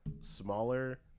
smaller